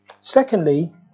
Secondly